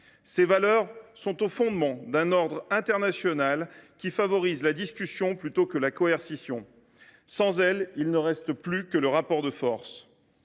Ces valeurs sont au fondement d’un ordre international qui favorise la discussion plutôt que la coercition. Sans elles, il ne reste plus que le rapport de force.